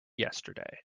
yesterday